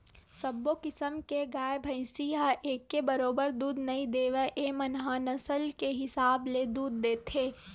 सब्बो किसम के गाय, भइसी ह एके बरोबर दूद नइ देवय एमन ह नसल के हिसाब ले दूद देथे